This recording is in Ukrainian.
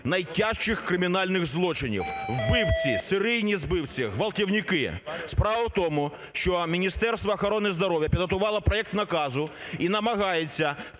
найтяжчих кримінальних злочинів – вбивці, серійні вбивці, ґвалтівники. Справа в тому, що Міністерство охорони здоров'я підготувало проект наказу і намагається